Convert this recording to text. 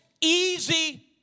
easy